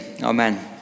amen